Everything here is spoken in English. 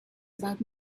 about